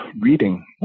reading